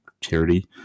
Charity